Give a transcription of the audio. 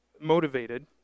motivated